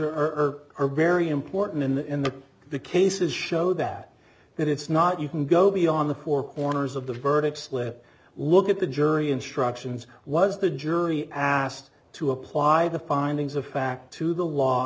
are earth are very important in the in the the case is show that that it's not you can go beyond the four corners of the verdict slip look at the jury instructions was the jury asked to apply the findings of fact to the law